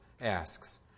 asks